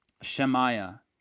Shemaiah